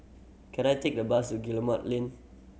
can I take a bus to Guillemard Lane